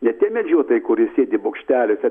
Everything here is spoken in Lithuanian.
ne tie medžiotojai kurie sėdi bokšteliuose